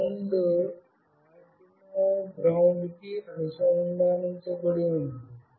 ఈ ground Arduino ground కి అనుసంధానించబడి ఉంది